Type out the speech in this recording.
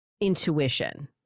intuition